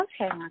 Okay